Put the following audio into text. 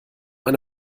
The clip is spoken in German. eine